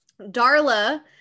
Darla